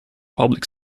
public